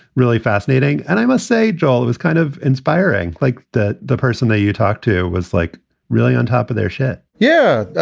really fascinating. and i must say, joel, it was kind of inspiring like that. the person that you talked to was like really on top of their shit yeah,